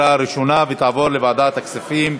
לוועדת הכספים נתקבלה.